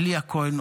אליה כהן,